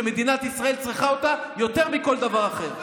שמדינת ישראל צריכה אותה יותר מכל דבר אחר.